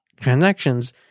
transactions